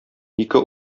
ике